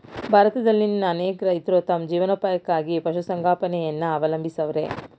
ಭಾರತದಲ್ಲಿನ್ ಅನೇಕ ರೈತ್ರು ತಮ್ ಜೀವನೋಪಾಯಕ್ಕಾಗಿ ಪಶುಸಂಗೋಪನೆಯನ್ನ ಅವಲಂಬಿಸವ್ರೆ